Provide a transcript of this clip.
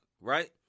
right